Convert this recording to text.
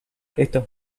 estos